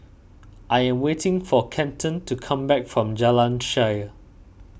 I am waiting for Kenton to come back from Jalan Shaer